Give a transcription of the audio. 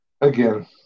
again